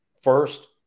first